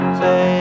say